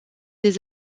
des